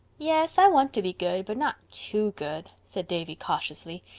yes, i want to be good but not too good, said davy cautiously.